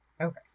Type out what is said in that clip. Okay